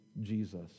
Jesus